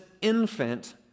infant